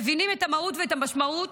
מבינים את המהות ואת המשמעות,